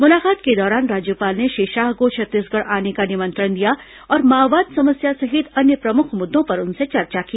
मुलाकात के दौरान राज्यपाल ने श्री शाह को छत्तीसगढ़ आने का निमंत्रण दिया और माओवाद समस्या सहित अन्य प्रमुख मुद्दों पर उनसे चर्चा की